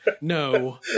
No